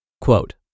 Quote